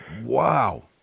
wow